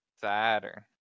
Saturn